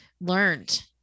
learned